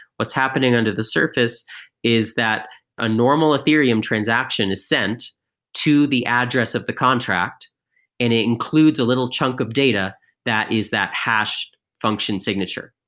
what's happening under the surface is that a normal ethereum transaction is sent to the address of the contract and it includes a little chunk of data that is that hashed function signature.